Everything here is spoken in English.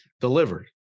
delivered